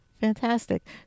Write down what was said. Fantastic